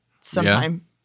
sometime